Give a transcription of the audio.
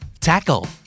Tackle